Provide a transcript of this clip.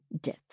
death